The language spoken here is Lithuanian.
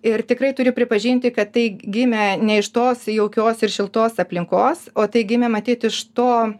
ir tikrai turiu pripažinti kad tai gimė ne iš tos jaukios ir šiltos aplinkos o tai gimė matyt iš to